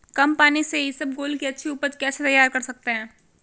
कम पानी से इसबगोल की अच्छी ऊपज कैसे तैयार कर सकते हैं?